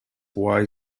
why